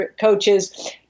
coaches